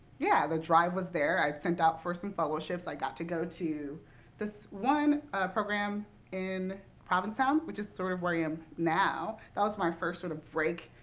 yeah, the drive was there. i had sent out for some fellowships. i got to go to this one program in provincetown, which is, sort of, where i am now. that was my first sort of break.